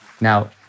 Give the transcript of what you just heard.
Now